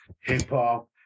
hip-hop